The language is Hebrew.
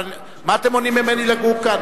אבל מה אתם מונעים ממני לגור כאן?